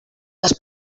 les